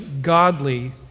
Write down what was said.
godly